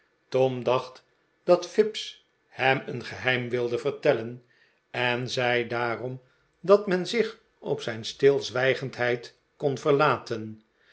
tom dacht dat fips hem een geheim wilde vertellen en zei daarom dat men zich op zijn stilzwijgendheid kon verlaten